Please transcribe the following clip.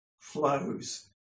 flows